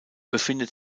befindet